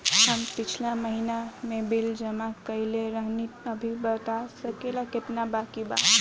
हम पिछला महीना में बिल जमा कइले रनि अभी बता सकेला केतना बाकि बा?